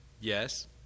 Yes